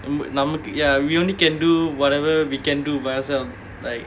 um ya we only can do whatever we can do by ourself like